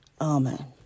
Amen